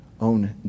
own